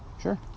Sure